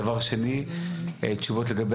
דבר שני, תשובות לגבי